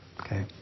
Okay